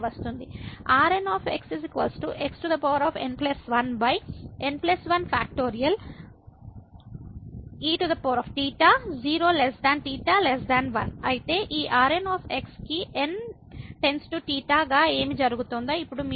eθ 0 θ 1 అయితే ఈ Rn కి n→∞ గా ఏమి జరుగుతుందో ఇప్పుడు మీరు చూస్తారు